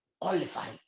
qualified